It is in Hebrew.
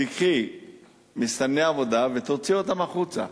תיקחי מסתנני עבודה ותוציאי אותם החוצה,